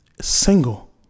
single